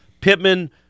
Pittman